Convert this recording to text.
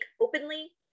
openly